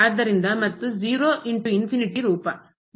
ಆದ್ದರಿಂದಮತ್ತೆ ರೂಪ